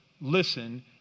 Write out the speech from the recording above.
listen